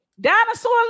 Dinosaur